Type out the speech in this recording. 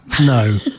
No